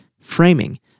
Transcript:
framing